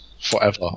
forever